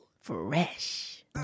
Fresh